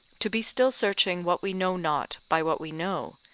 to be still searching what we know not by what we know,